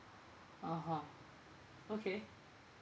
ah ha okay